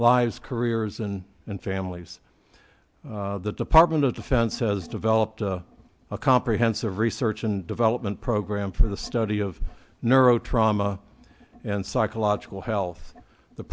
lives careers and in families the department of defense says developed a comprehensive research and development program for the study of neuro trauma and psychological health the